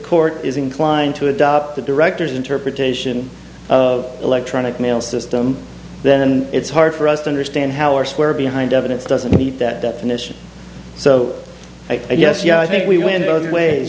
court is inclined to adopt the director's interpretation of electronic mail system then it's hard for us to understand how our square behind evidence doesn't meet that definition so i guess yeah i think we w